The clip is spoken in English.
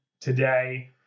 today